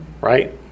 Right